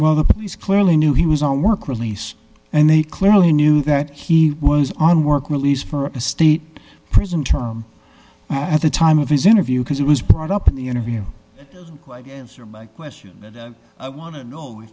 well the police clearly knew he was on work release and they clearly knew that he was on work release for the state prison term at the time of his interview because it was brought up in the interview quite answer my question that i want to know